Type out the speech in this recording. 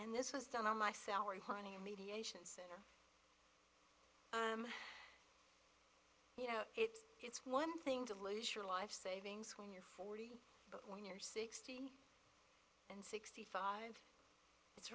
and this was done on my salary honey mediation center you know it it's one thing to lose your life savings when you're forty but when you're sixty and sixty five it's